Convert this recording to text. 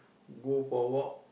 go for walk